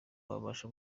wabasha